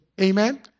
Amen